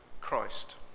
Christ